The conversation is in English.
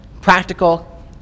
practical